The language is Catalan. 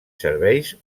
serveis